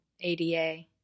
ADA